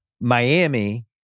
Miami